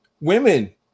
women